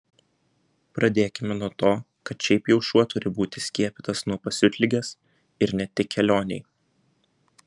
pradėkime nuo to kad šiaip jau šuo turi būti skiepytas nuo pasiutligės ir ne tik kelionei